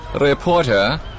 Reporter